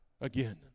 again